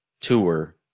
tour